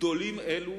גדולים אלה